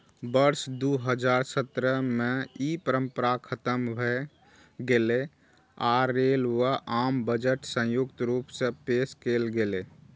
वर्ष दू हजार सत्रह मे ई परंपरा खतम भए गेलै आ रेल व आम बजट संयुक्त रूप सं पेश कैल गेलै